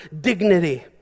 dignity